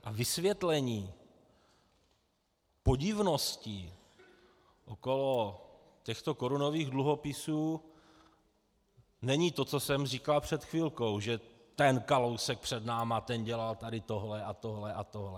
A vysvětlení podivností okolo těchto korunových dluhopisů není to, co jsem říkal před chvilkou, že ten Kalousek před námi dělal tady tohle a tohle a tohle.